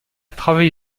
travaillé